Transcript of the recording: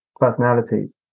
personalities